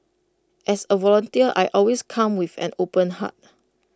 as A volunteer I always come with an open heart